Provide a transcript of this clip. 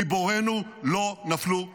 גיבורינו לא נפלו לשווא.